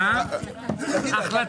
אבל אני אגיד לך יותר